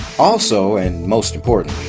also, and most importantly,